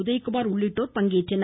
உதயகுமார் உள்ளிட்டோர் பங்கேற்றனர்